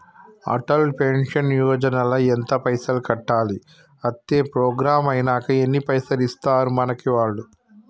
Atal pension Yojana ల ఎంత పైసల్ కట్టాలి? అత్తే ప్రోగ్రాం ఐనాక ఎన్ని పైసల్ ఇస్తరు మనకి వాళ్లు?